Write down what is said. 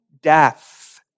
death